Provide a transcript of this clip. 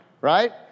Right